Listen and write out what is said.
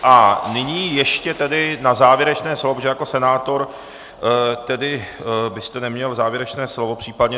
A nyní ještě tedy na závěrečné slovo, protože jako senátor byste neměl závěrečné slovo případně.